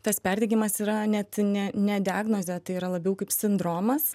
tas perdegimas yra net ne ne diagnozė tai yra labiau kaip sindromas